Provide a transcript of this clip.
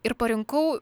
ir parinkau